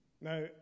Now